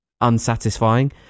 unsatisfying